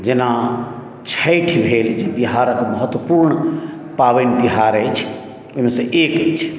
जेना छठि भेल जे बिहारक महत्वपूर्ण पाबनि तिहार अछि ओहिमे सँ एक अछि